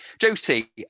Josie